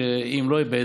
שאם לא יהיה,